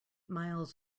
miles